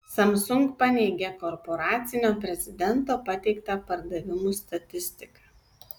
samsung paneigė korporacinio prezidento pateiktą pardavimų statistiką